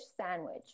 sandwich